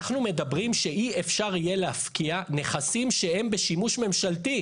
אנחנו מדברים שאי אפשר יהיה להפקיע נכסים שהם בשימוש ממשלתי.